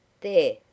There